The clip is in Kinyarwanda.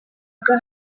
bwa